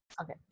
Okay